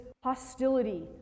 hostility